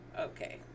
Okay